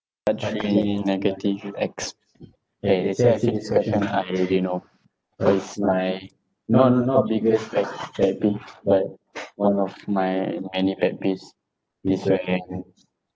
part three negative experience ya yesterday I see this question I already know uh is my not not biggest pet pet peeve but one of my many pet peeves is when